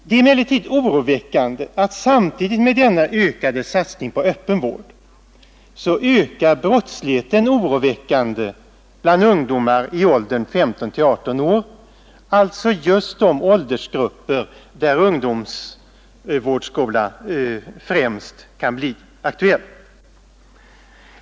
Det är emellertid oroväckande att samtidigt med denna ökade satsning på öppen vård ökar brottsligheten bland ungdomar i åldern 15—18 år, alltså i just de åldersgrupper där ungdomsvårdsskola främst kan bli aktuell.